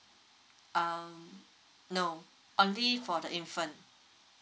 um no only for the infant